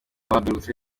bagarutse